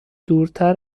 دورتر